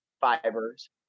fibers